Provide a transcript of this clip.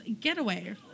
Getaway